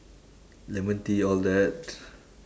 lemon tea all that